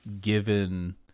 given